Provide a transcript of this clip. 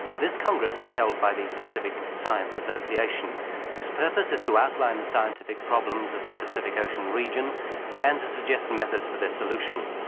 this congress is held by the pacific science association whose purpose is to outline the scientific problems of the pacific ocean region and to suggest methods for their solution.